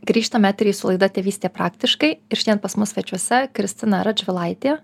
grįžtam į eterį su laida tėvystė praktiškai ir šiandien pas mus svečiuose kristina radžvilaitė